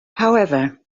however